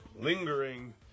lingering